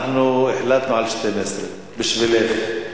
אנחנו החלטנו על 24:00. בשבילך.